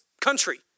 country